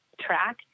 track